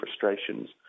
frustrations